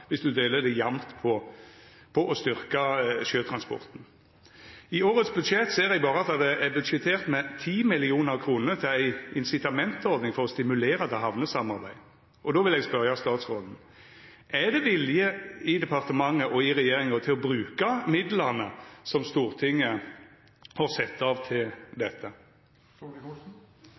deler det jamt – på å styrkja sjøtransporten. I årets budsjett ser eg at det berre er budsjettert med 10 mill. kr til ei incitamentordning for å stimulera til hamnesamarbeid. Då vil eg spørja statsråden: Er det vilje i departementet og i regjeringa til å bruka midlane som Stortinget har sett av til dette?